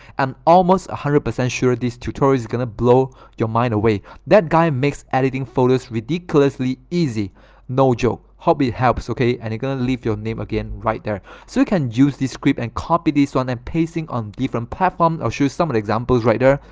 and almost a hundred percent sure, this tutorial is gonna blow your mind away that guy makes editing photos ridiculously easy no joke. hope it helps. okay, and you're gonna leave your name again right there so you can use this creep and copy this one and paste it on different platforms i'll show you some other examples right there,